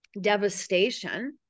devastation